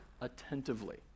attentively